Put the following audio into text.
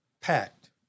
packed